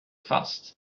fast